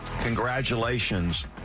Congratulations